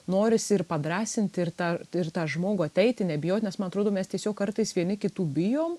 norisi ir padrąsinti ir tą ir tą žmogų ateiti nebijot nes man atrodo mes tiesiog kartais vieni kitų bijom